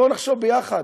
בואו נחשוב ביחד,